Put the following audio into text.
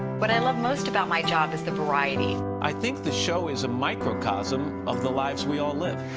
what i love most about my job is the variety. i think the show is a microcosm of the lives we all live.